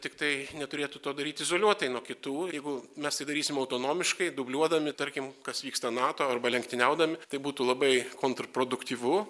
tiktai neturėtų to daryt izoliuotai nuo kitų jeigu mes tai darysim autonomiškai dubliuodami tarkim kas vyksta nato arba lenktyniaudami tai būtų labai kontrproduktyvu